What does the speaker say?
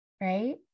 right